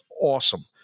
awesome